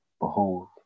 behold